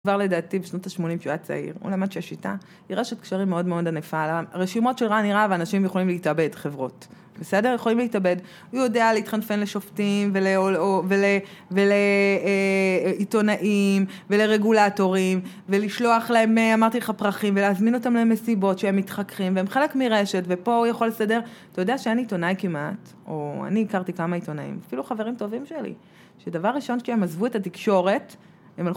כבר לדעתי, בשנות ה-80, כשהוא היה צעיר, הוא למד שהשיטה היא רשת קשרים מאוד מאוד ענפה. רשימות של רני רהב, אנשים יכולים להתאבד, חברות. בסדר? יכולים להתאבד. הוא יודע להתחנפן לשופטים ולעיתונאים ולרגולטורים, ולשלוח להם, אמרתי לך, פרחים, ולהזמין אותם למסיבות שהם מתחכחים, והם חלק מרשת, ופה הוא יכול לסדר. אתה יודע שאין עיתונאי כמעט, או אני הכרתי כמה עיתונאים, אפילו חברים טובים שלי, שדבר ראשון כשהם עזבו את התקשורת, הם...